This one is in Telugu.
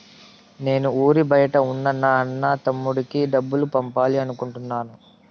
నేను ఊరి బయట ఉన్న నా అన్న, తమ్ముడికి డబ్బులు పంపాలి అనుకుంటున్నాను